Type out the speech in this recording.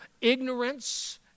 ignorance